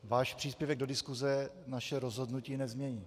Váš příspěvek do diskuse naše rozhodnutí nezmění.